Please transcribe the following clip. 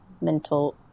mental